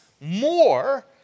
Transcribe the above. more